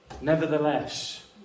nevertheless